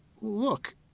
look